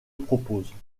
proposent